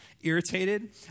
irritated